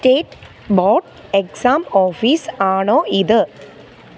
state board exam office ആണോ ഇത്